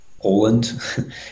Poland